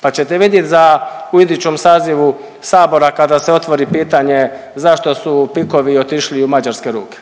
Pa ćete vidit za u idućem sazivu sabora kada se otvori pitanje zašto su PIK-ovi otišli u mađarske ruke,